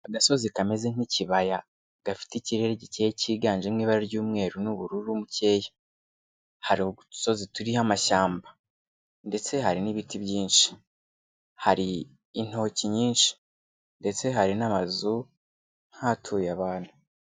Agasozi kameze nk'ikibaya, gafite ikirere gikeye cyiganjemo ibara ry'umweru n'ubururu bukeya. Hari udusozi turiho amashyamba, ndetse hari n'ibiti byinshi, hari intoki nyinshi ndetse hari n'amazu nk'ahatuye abantu.